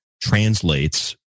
translates